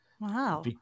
Wow